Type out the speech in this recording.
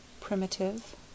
primitive